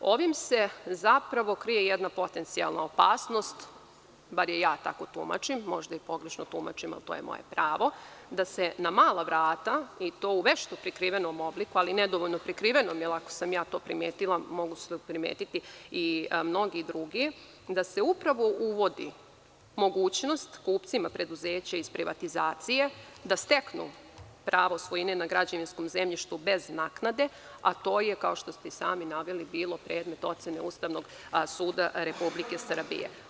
Ovim se zapravo krije jedna potencijalna opasnost, bar je ja tako tumačim, možda i pogrešno tumačim, ali to je moje pravo, da se na mala vrata i to u vešto prikrivenom obliku, ali u nedovoljno prikrivenom, jer ako sam ja to primetila, mogli su to primetiti i mnogi drugi, da se upravo uvodi mogućnost kupcima preduzeća iz privatizacije da steknu pravo svojine na građevinskom zemljištu bez naknade, a to je, kao što ste i sami naveli, bilo predmet ocene Ustavnog suda Republike Srbije.